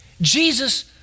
Jesus